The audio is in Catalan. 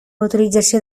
autorització